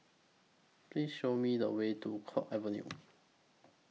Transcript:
Please Show Me The Way to Kwong Avenue